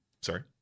Sorry